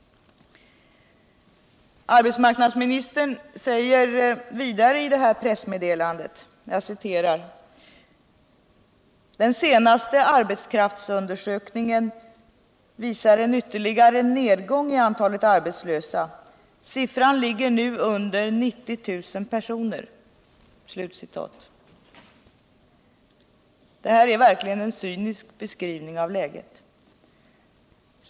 Arbetsmarknadsministern säger vidare i pressmeddelandet: ”Den senaste arbetskraftsundersökningen visar en viterligare nedgång i antalet arbetslösa. Siffran ligger nu under 90000 personer.” Detta är verkligen en cynisk beskrivning av läget.